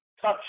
touch